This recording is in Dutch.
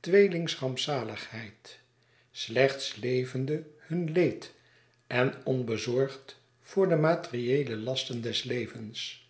tweelingsrampzaligheid slechts levende hun leed en onbezorgd voor de materiëele lasten des levens